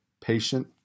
patient